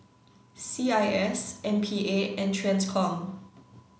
C I S M P A and TRANSCOM